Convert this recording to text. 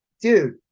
dude